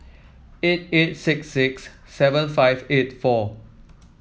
eight eight six six seven five eight four